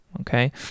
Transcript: okay